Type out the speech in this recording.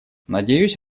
надеюсь